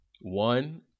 one